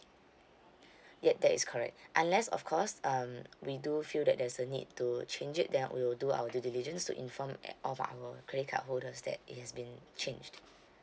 ya that is correct unless of course um we do feel that there's a need to change it then uh we'll do our due diligence to inform at all of our credit card holders that it has been changed